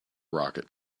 rocket